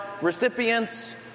recipients